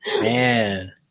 Man